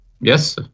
Yes